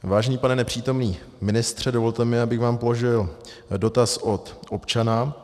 Vážený pane nepřítomný ministře, dovolte mi, abych vám položil dotaz od občana.